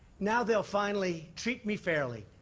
now they'll finally treat me fairly.